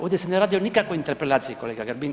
Ovdje se ne radi o nikakvoj interpelaciji kolega Grbin.